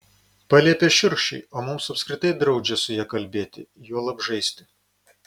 paliepia šiurkščiai o mums apskritai draudžia su ja kalbėti juolab žaisti